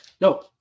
No